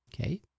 okay